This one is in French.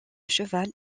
cheval